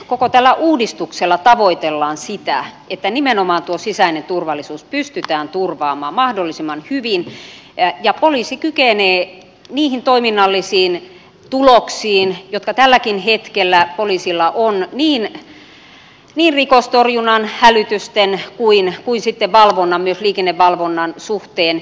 koko tällä uudistuksella tavoitellaan sitä että nimenomaan tuo sisäinen turvallisuus pystytään turvaamaan mahdollisimman hyvin ja poliisi kykenee niihin toiminnallisiin tuloksiin jotka tälläkin hetkellä poliisilla on niin rikostorjunnan hälytysten kuin sitten valvonnan myös liikennevalvonnan suhteen